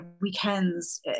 weekends